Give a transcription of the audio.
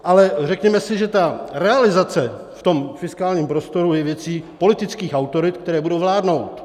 Ale řekněme si, že ta realizace v tom fiskálním prostoru je věcí politických autorit, které budou vládnout.